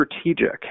strategic